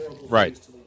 Right